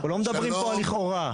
אנחנו לא מדברים פה על לכאורה.